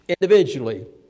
Individually